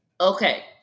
Okay